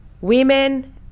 Women